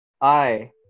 I-